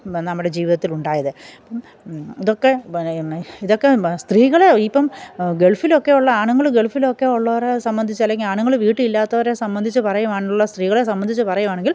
നമ്മുടെ ജീവിതത്തിൽ ഉണ്ടായത് അപ്പം ഇതൊക്കെ ഇതൊക്കെ സ്ത്രീകൾ ഇപ്പം ഗള്ഫിലൊക്കെ ഉള്ള ആണുങ്ങൾ ഗള്ഫിലൊക്കെ ഉള്ളവരെ സംബന്ധിച്ച് അല്ലെങ്കിൽ ആണുങ്ങൾ വീട്ടിൽ ഇല്ലാത്തവരെ സംബന്ധിച്ച് പറയുവാണുള്ള സ്ത്രീകളെ സംബന്ധിച്ച് പറയുവാണെങ്കില്